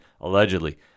allegedly